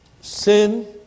sin